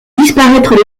disparaître